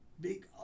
big